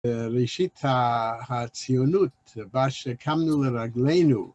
ראשית הציונות, בה שקמנו לרגלינו,